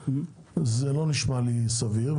לא נשמע לי סביר.